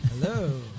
hello